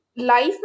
life